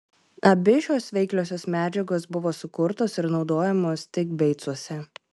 abi šios veikliosios medžiagos buvo sukurtos ir naudojamos tik beicuose